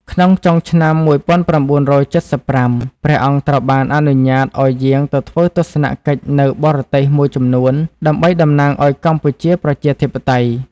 ក្នុងចុងឆ្នាំ១៩៧៥ ព្រះអង្គត្រូវបានអនុញ្ញាតឱ្យយាងទៅធ្វើទស្សនកិច្ចនៅបរទេសមួយចំនួនដើម្បីតំណាងឱ្យកម្ពុជាប្រជាធិបតេយ្យ។